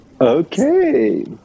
Okay